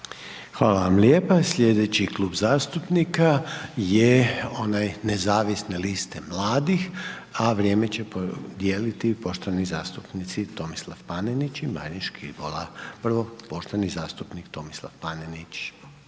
Hvala vam lijepa. Sljedeći klub zastupnika je onaj Nezavisne liste mladih, a vrijeme će podijeliti poštovani zastupnici Tomislav Panenić i Marin Škibola. Vrlo poštovani zastupnik Tomislav Panenić.